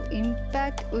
impact